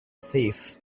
thief